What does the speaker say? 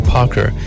Parker